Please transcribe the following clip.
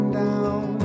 down